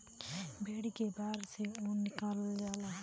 भेड़ के बार से ऊन निकालल जाला